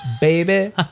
baby